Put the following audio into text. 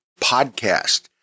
Podcast